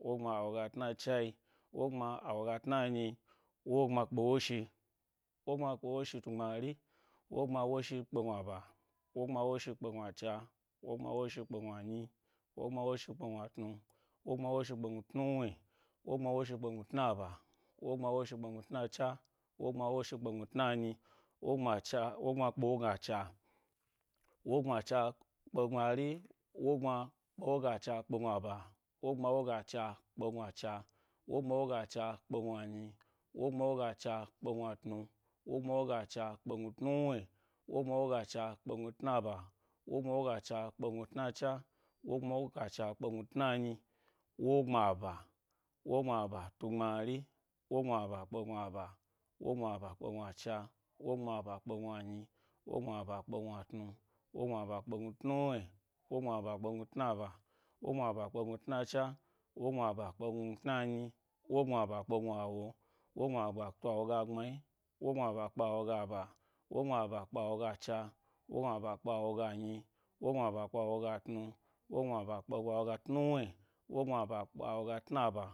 Wogbma awoga tna chai, wogma awoga tna nyi wogbma kpe wosh. Wogbma woshi tu gbmari wogbma woshi kpe gnua a wogbma woshi kpe gnuacha, wogbma woshi kpe gnuany, wogbma woshi kpe gni tnuni wogbma woshi kpe gnu tna ba wogbma woshi kpe gnu tnacha wogbma woshi kpe gnu tnanyi wogbma cha, wogbma kpe woga cha. Wogbmacha kpe gbmari, wogbma kpe wogacha kpe gnuaba wogbma wogacha kpe gnuacha, wogma woga cha kpe gnuanyi, wogma woga cha kpe gnuatnu, wo gbma wogacha kpe gnu tnu wni, wogma woga cha kpe gnu tna ba, wogbma wogacha kpe gnu tna cha, wogbma woga cha kpe gnu tna nyi, wo-gbma ba wo gbma bat u gbmari, wo gbma ba kpe gna ba. Wogbma ba kpe gnuacha, wogbmaba kpe gnuanyi, wo vma ba gnuatnu, wogbmaba kpe gnu tnuwni, wogbma ba kpe gnu tnaba, wo gbma bak kpe gnu tnacha, wogbma ba kpegnnu tnanyi, wo-gbma ba kpe gnuaowo. Wogbma ba kpe awoge gbne, wogbma ba kpe awoga ba, wo gbma ba kpe awoga cha, wogbmaba kpe awoga nyi wogbmaba kpe awaga nyi, wogbmaba kpe awaga tnu wogbmaba kpe awoga tnuwni wogbmaba kpe awoga tnaba